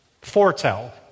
Foretell